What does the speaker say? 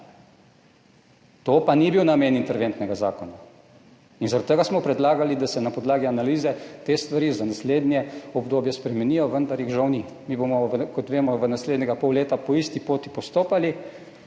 To pa ni bil namen interventnega zakona. In zaradi tega smo predlagali, da se na podlagi analize te stvari za naslednje obdobje spremenijo, vendar jih žal ni. Mi bomo, kot vemo, v naslednjega pol leta po isti poti postopali